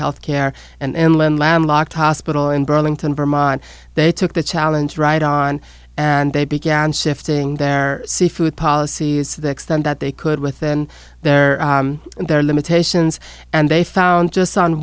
health care and when landlocked hospital in burlington vermont they took the challenge right on and they began shifting their seafood policies to the extent that they could within their their limitations and they found just on